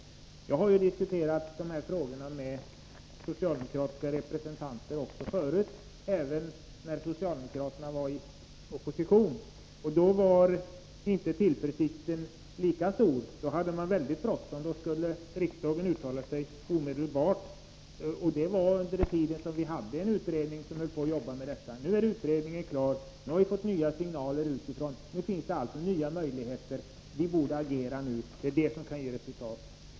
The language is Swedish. Jag har diskuterat den här frågan med socialdemokrater tidigare, även när socialdemokraterna befann sig i oppositionsställning. Då var tillförsikten inte lika stor, utan man hade mycket bråttom. Då skulle riksdagen uttala sig omedelbart. Vid den tiden fanns det en utredning som arbetade med saken. Nu är utredningen klar, och vi har fått nya signaler utifrån. Det finns alltså nya möjligheter, och vi borde därför agera nu, det är det som kan ge resultat.